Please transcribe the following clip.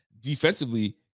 defensively